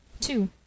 Two